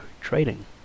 trading